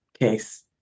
case